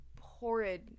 horrid